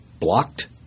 blocked